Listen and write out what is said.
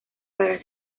para